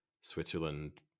Switzerland